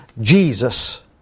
Jesus